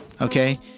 Okay